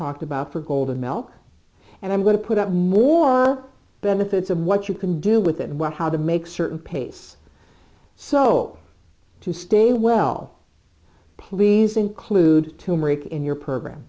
talked about for gold and mel and i'm going to put out more benefits of what you can do with it and what how to make certain pace so to stay well please include to make in your program